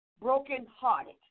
brokenhearted